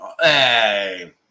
Hey